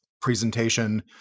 presentation